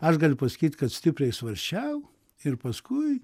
aš galiu pasakyt kad stipriai svarsčiau ir paskui